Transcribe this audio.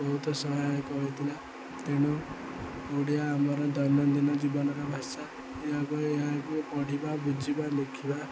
ବହୁତ ସହାୟକ ହୋଇଥିଲା ତେଣୁ ଓଡ଼ିଆ ଆମର ଦୈନନ୍ଦିନ ଜୀବନର ଭାଷା ଏହାକୁ ଏହାକୁ ପଢ଼ିବା ବୁଝିବା ଲେଖିବା